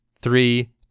three